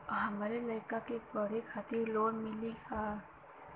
हमरे लयिका के पढ़े खातिर लोन मिलि का?